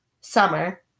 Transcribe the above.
summer